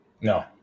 No